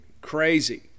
crazy